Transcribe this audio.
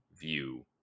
view